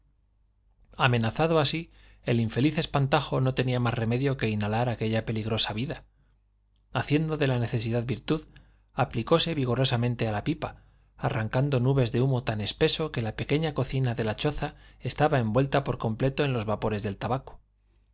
amenazado así el infeliz espantajo no tenía más remedio que inhalar aquella peligrosa vida haciendo de necesidad virtud aplicóse vigorosamente a la pipa arrancando nubes de humo tan espeso que la pequeña cocina de la choza estaba envuelta por completo en los vapores del tabaco